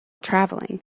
traveling